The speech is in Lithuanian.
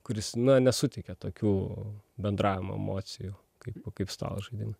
kuris na nesuteikia tokių bendravimo emocijų kaipo kaip stalo žaidimai